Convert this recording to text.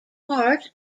part